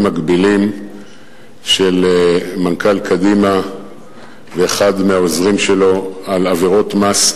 מגבילים של מנכ"ל קדימה ואחד מהעוזרים שלו על עבירות מס,